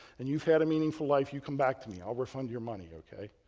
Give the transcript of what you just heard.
and you've had a meaningful life. you come back to me. i'll refund your money, ok?